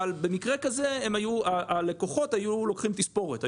אבל במקרה כזה, הלקוחות היו לוקחים תספורת.